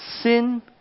sin